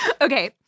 Okay